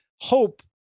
hope